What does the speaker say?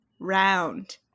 round